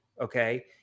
Okay